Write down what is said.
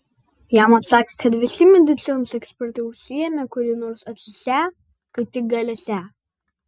jam atsakė kad visi medicinos ekspertai užsiėmę kurį nors atsiųsią kai tik galėsią